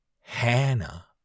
Hannah